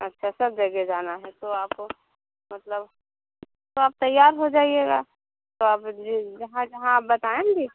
अच्छा सब जगह जाना है तो आप को मतलब तो आप तैयार हो जाइएगा तो आप जिस जहाँ जहाँ आप बताएंगी